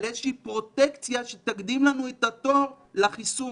איזושהי פרוטקציה שתקדים לנו את התור לחיסון.